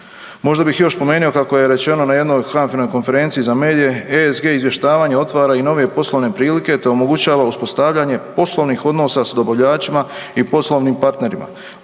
Možda bih još spomenuo kako je rečeno na jedno HANFA-inoj konferenciji za medije, ESG izvještavanja otvara i nove poslovne prilike te omogućava uspostavljanje poslovnih odnosa s dobavljačima i poslovnim partnerima.